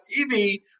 TV